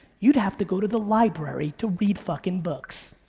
you'd have to go to the library to read fucking books.